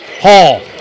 Hall